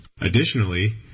Additionally